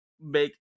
make